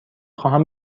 خواهم